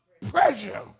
pressure